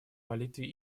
молитве